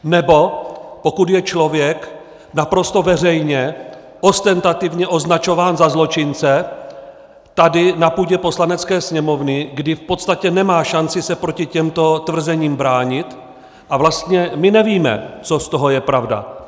Nebo pokud je člověk naprosto veřejně ostentativně označován za zločince tady, na půdě Poslanecké sněmovny, kdy v podstatě nemá šanci se proti těmto tvrzením bránit a vlastně my nevíme, co z toho je pravda.